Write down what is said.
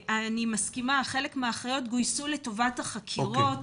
חלק מהאחיות גויסו לטובת החקירות,